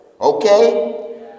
Okay